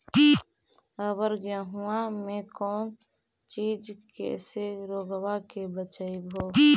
अबर गेहुमा मे कौन चीज के से रोग्बा के बचयभो?